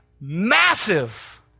massive